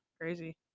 crazy